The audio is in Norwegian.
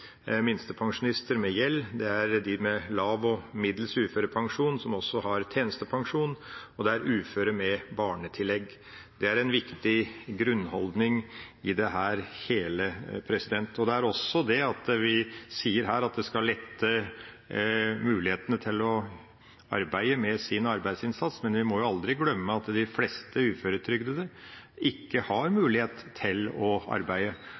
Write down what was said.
lav og middels uførepensjon som også har tjenestepensjon, og det er uføre med barnetillegg. Det er en viktig grunnholdning i alt dette. Det er også det at vi her sier at det skal lette mulighetene til å arbeide med sin arbeidsinnsats, men vi må aldri glemme at de fleste uføretrygdede ikke har mulighet til å arbeide,